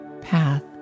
path